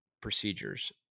procedures